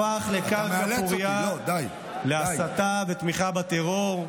הפך לקרקע פורייה להסתה ולתמיכה בטרור,